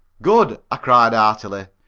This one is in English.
good, i cried heartily.